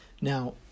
Now